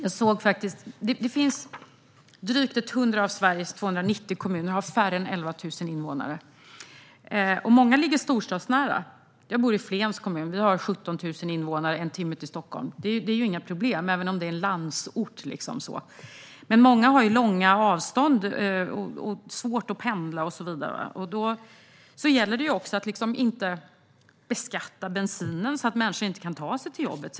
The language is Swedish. Drygt 100 av Sveriges 290 kommuner har färre än 11 000 invånare. Många ligger storstadsnära. Jag bor själv i Flens kommun. Vi har 17 000 invånare och ligger en timme från Stockholm. Även om Flen räknas som landsort är det inga problem för oss. Många andra har dock långa avstånd och kan ha svårt att pendla. Då gäller det att inte beskatta bensinen så att människor inte kan ta sig till jobbet.